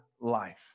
life